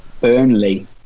Burnley